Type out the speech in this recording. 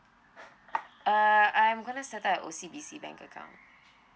uh I'm gonna set up a O_C_B_C bank account